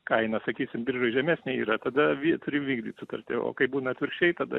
kaina sakysim biržoj žemesnė yra tada vy turi vykdyt sutartį o kai būna atvirkščiai tada